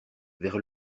vers